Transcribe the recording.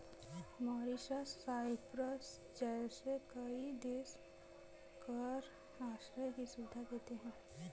Mauritius, Cyprus जैसे कई देश कर आश्रय की सुविधा देते हैं